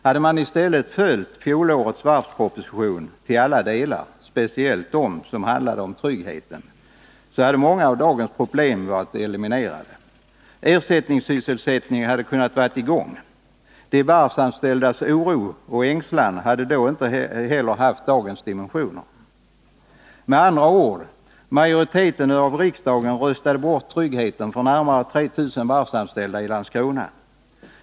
Hade man i stället följt fjolårets varvsproposition till alla delar, speciellt de som handlade om tryggheten, hade många av dagens problem varit eliminerade. Ersättningssysselsättning hade kunnat vara i gång. De varvsanställdas oro och ängslan hade inte heller haft dagens dimensioner. Med andra ord: Majoriteten av riksdagen röstade bort tryggheten för närmare 3 000 varvsanställda i Landskrona.